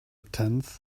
tenth